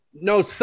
No